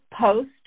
post